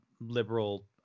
liberal